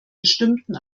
bestimmten